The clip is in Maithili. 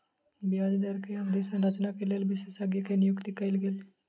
ब्याज दर के अवधि संरचना के लेल विशेषज्ञ के नियुक्ति कयल गेल